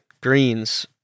greens